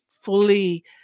fully